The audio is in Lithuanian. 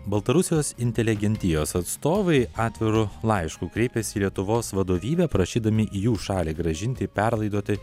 baltarusijos inteligentijos atstovai atviru laišku kreipėsi į lietuvos vadovybę prašydami jų šaliai grąžinti perlaidoti